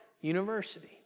University